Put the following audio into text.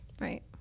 Right